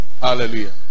hallelujah